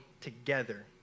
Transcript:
together